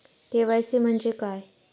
KYC म्हणजे काय?